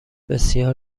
بسیار